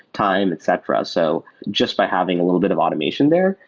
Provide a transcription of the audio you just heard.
time, etc. so just by having a little bit of automation there,